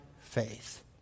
faith